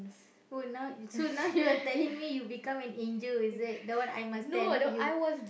oh now so now you are telling me you become an angel is it that one I must tell you not you